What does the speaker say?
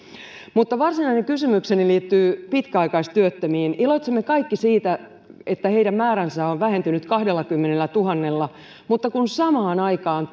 mutta varsinainen kysymykseni liittyy pitkäaikaistyöttömiin iloitsemme kaikki siitä että heidän määränsä on vähentynyt kahdellakymmenellätuhannella mutta kun samaan aikaan